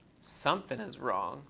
something is wrong.